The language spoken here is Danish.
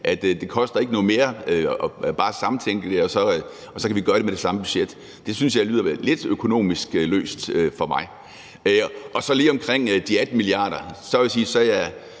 at det ikke koster noget mere at samtænke det, og at vi så kan gøre det med det samme budget, synes jeg lyder lidt økonomisk løst. Så vil jeg lige sige omkring de 18 mia.